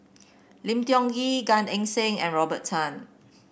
Lim Tiong Ghee Gan Eng Seng and Robert Tan